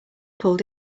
pulled